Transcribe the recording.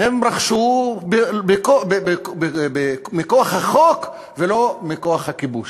הם רכשו מכוח החוק ולא מכוח הכיבוש.